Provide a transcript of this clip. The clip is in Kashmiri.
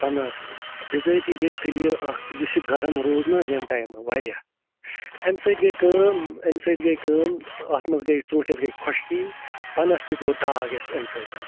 سۭتۍ بِضٲطی گٔے دٔلیٖل اَکھ یُس یہِ گَرَم روٗد نہٕ حظ ییٚمۍ ٹایمہٕ واریاہ اَمہِ سۭتۍ گٔے کٲم اَمہِ سۭتۍ گٔے کٲم اَتھ منٛز گٔے ژوٗنٛٹھٮ۪س گٔے خۄشکی پَنَس تہِ پیوٚو داگ یَتھ اَمہِ سۭتۍ